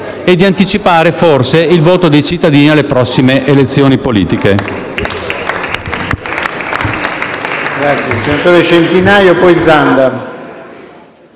e anticipare, forse, il voto dei cittadini alle prossime elezioni politiche.